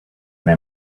they